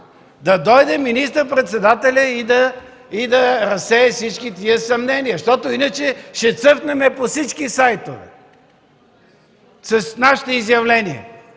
Да дойде министър-председателят и да разсее всички тези съмнения, защото иначе ще цъфнем по всички сайтове с нашите изявления!